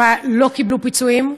ולא קיבלו פיצויים.